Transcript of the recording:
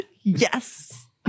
Yes